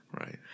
Right